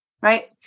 right